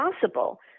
possible